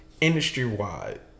industry-wide